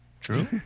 True